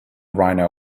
rhino